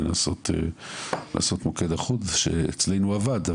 לנסות לעשות מוקד אחוד שאצלנו עבד,